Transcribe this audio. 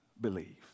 Believe